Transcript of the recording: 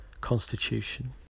constitution